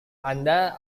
anda